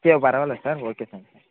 சரி பரவாயில்ல sir thank you